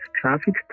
traffic